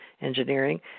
engineering